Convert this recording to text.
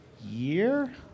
year